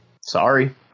sorry